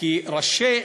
כי ראשי